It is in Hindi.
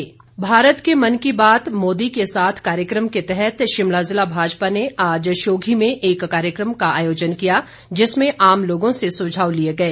शिमला भाजपा भारत के मन की बात मोदी के साथ कार्यक्रम के तहत शिमला जिला भाजपा ने आज शोघी में एक कार्यक्रम का आयोजन किया जिसमें आम लोगों से सुझाव लिए गए